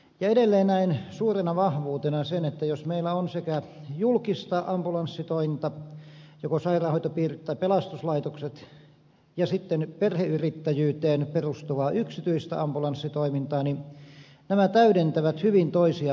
edelleen näen suurena vahvuutena sen että jos meillä on sekä julkista ambulanssitointa joko sairaanhoitopiirien tai pelastuslaitoksen ja sitten perheyrittäjyyteen perustuvaa yksityistä ambulanssitoimintaa niin nämä täydentävät hyvin toisiaan